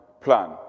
plan